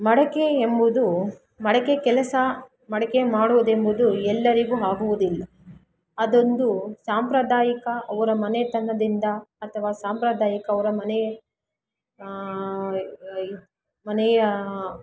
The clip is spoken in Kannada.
ಮಡಕೆ ಎಂಬುದು ಮಡಕೆ ಕೆಲಸ ಮಡಕೆ ಮಾಡುವುದೆಂಬುದು ಎಲ್ಲರಿಗೂ ಆಗುವುದಿಲ್ಲ ಅದೊಂದು ಸಾಂಪ್ರದಾಯಿಕ ಅವರ ಮನೆತನದಿಂದ ಅಥವಾ ಸಾಂಪ್ರದಾಯಿಕ ಅವರ ಮನೆಯ ಮನೆಯ